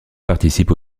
participe